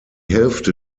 hälfte